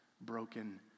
broken